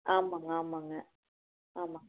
ஆமாம்ங்க ஆமாம்ங்க ஆமாம்